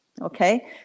okay